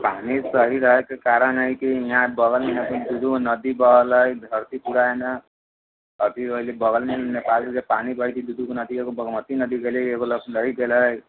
पानि सही रहैके कारण हय कि इहाँ बगलमे हय दू दूगो नदी बहलै धरती पूरा एने बगलमे नेपाल से पानि बहैत छै दू दूगो नदी एगो बगमती नदी एगो भेलै